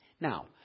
Now